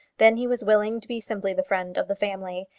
then he was willing to be simply the friend of the family,